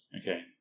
okay